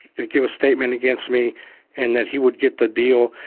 give a statement against me and that he would get the deal,